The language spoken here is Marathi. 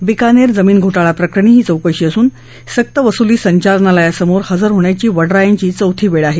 बिकानेर जमीन घोटाळा प्रकरणी ही चौकशी असून सक्तवसुली संचालनालयासमोर हजर होण्याची वड्रा यांची चौथी वेळ आहे